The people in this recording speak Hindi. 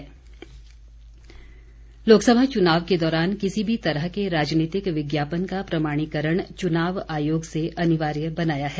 विज्ञापन लोकसभा चुनाव के दौरान किसी भी तरह के राजनीतिक विज्ञापन का प्रमाणीकरण चुनाव आयोग ने अनिवार्य बनाया है